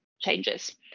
changes